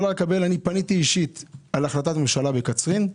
פניתי אישית לקבל נתונים על החלטת הממשלה בקצרין,